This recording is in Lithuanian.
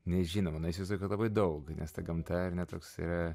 nežinoma nu įsivaizduoju kad labai daug nes ta gamta ar ne toks yra